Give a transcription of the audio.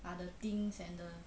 are the things and the